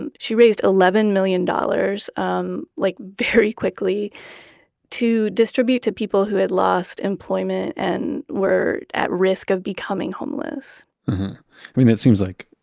and she raised eleven million dollars um like very quickly to distribute to people who had lost employment and were at risk of becoming homeless i mean, it seems like,